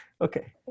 okay